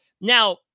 Now